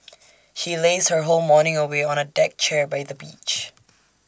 she lazed her whole morning away on A deck chair by the beach